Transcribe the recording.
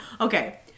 Okay